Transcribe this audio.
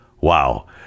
Wow